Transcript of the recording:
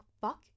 fuck